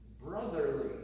brotherly